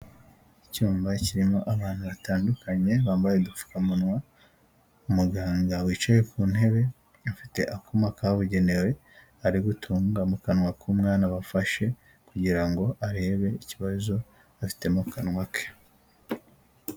Icyuma kirimo abantu batandukanye bambaye udupfukamunwa, umuganga wicaye ku ntebe afite akuma kabugenewe ari gutunga mu kanwa k'umwana bafashe, kugira ngo arebe ikibazo afite mu kanwa ke.